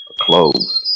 clothes